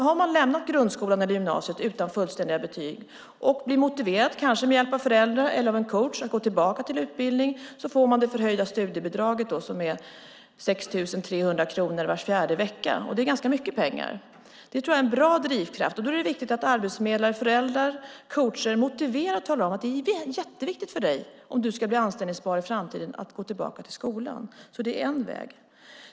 Har man lämnat grundskolan eller gymnasiet utan fullständiga betyg och blir motiverad, kanske med hjälp av föräldrar eller en coach, att gå tillbaka till utbildning får man det förhöjda studiebidraget som är 6 300 kronor var fjärde vecka. Det är ganska mycket pengar, och det tror jag är en bra drivkraft. Då är det viktigt att arbetsförmedlare, föräldrar och coacher motiverar och säger att det är jätteviktigt för dig, om du ska bli anställningsbar i framtiden, att gå tillbaka till skolan. Det här är en väg.